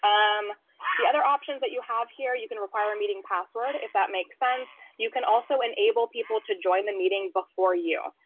um um the other options that you have here, you can require a meeting password, if that makes sense. you can also enable people to join the meeting before you.